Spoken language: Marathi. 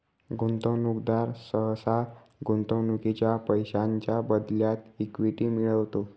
गुंतवणूकदार सहसा गुंतवणुकीच्या पैशांच्या बदल्यात इक्विटी मिळवतो